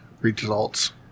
results